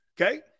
Okay